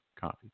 coffee